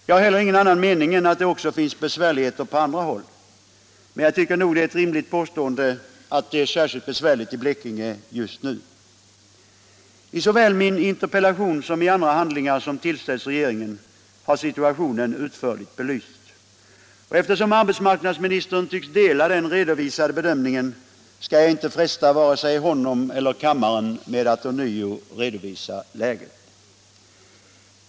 Jag har heller ingen annan mening än att det finns besvärligheter också på annat håll, men jag tycker att det är ett rimligt påstående att det är särskilt besvärligt i Blekinge just nu. Såväl i min interpellation som i andra handlingar som tillställts regeringen har situationen utförligt belysts, och eftersom arbetsmarknadsministern tycks dela den redovisade bedömningen, skall jag inte fresta vare sig hans eller kammarens tålamod med att ånyo redovisa läget.